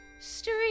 Street